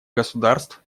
государств